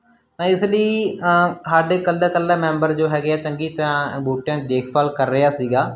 ਤਾਂ ਇਸ ਲਈ ਸਾਡੇ ਇਕੱਲਾ ਇਕੱਲਾ ਮੈਂਬਰ ਜੋ ਹੈਗੇ ਆ ਚੰਗੀ ਤਰਾਂ ਬੂਟਿਆਂ ਦੀ ਦੇਖਭਾਲ ਕਰ ਰਿਹਾ ਸੀਗਾ